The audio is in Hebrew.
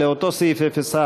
לא נתקבלה.